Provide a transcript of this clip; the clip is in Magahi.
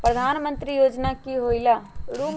प्रधान मंत्री योजना कि होईला?